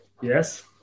Yes